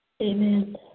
Amen